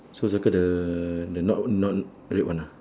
so circle the the not not red one ah